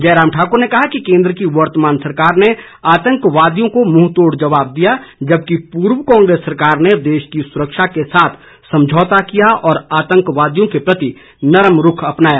जयराम ठाकुर ने कहा कि केन्द्र की वर्तमान सरकार ने आतंकवादियों को मुंहतोड़ जवाब दिया जबकि पूर्व कांग्रेस सरकार ने देश की सुरक्षा के साथ समझौता किया और आतंकियों के प्रति नरम रूख अपनाया